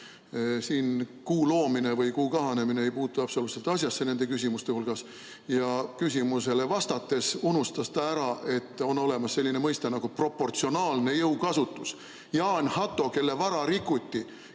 Kuu loomine või kahanemine ei puutu absoluutselt asjasse nende küsimuste puhul. Küsimusele vastates unustas ta ära, et on olemas selline mõiste nagu proportsionaalne jõukasutus. Jaan Hatto, kelle vara rikuti